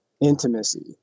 intimacy